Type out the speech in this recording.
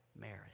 marriage